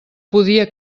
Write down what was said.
podia